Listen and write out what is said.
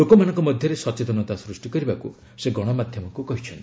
ଲୋକମାନଙ୍କ ମଧ୍ୟରେ ସଚେତନତା ସୃଷ୍ଟି କରିବାକୁ ସେ ଗଣମାଧ୍ୟମକୁ କହିଚ୍ଛନ୍ତି